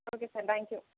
okay sir thank you